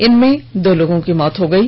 इसमें दो लोगों की मौत हो गयी